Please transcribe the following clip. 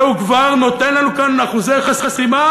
והוא כבר נותן לנו כאן אחוזי חסימה